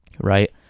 right